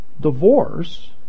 divorce